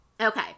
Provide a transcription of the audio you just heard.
Okay